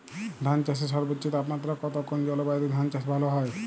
ধান চাষে সর্বোচ্চ তাপমাত্রা কত কোন জলবায়ুতে ধান চাষ ভালো হয়?